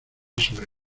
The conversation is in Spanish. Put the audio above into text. sobre